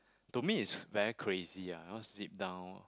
to me is very crazy ah I was sit down